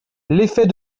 l’effet